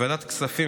בוועדת הכספים,